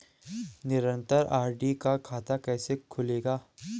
निरन्तर आर.डी का खाता कैसे खुलेगा?